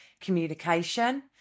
communication